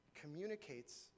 communicates